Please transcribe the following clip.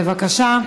בבקשה,